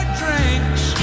drinks